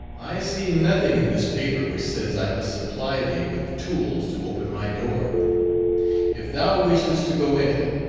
i see nothing in this paper which says i must supply thee with tools to open my door if thou wishes to go in,